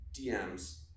DMs